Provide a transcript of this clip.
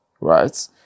right